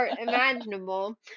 imaginable